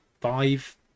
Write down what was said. five